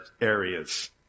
areas